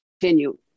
continue